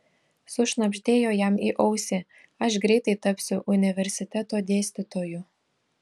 sušnabždėjo jam į ausį aš greitai tapsiu universiteto dėstytoju